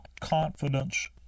confidence